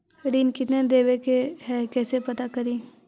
ऋण कितना देवे के है कैसे पता करी?